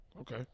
Okay